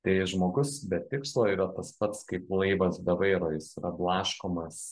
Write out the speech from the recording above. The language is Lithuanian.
tai žmogus be tikslo yra tas pats kaip laivas be vairo jis yra blaškomas